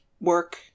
work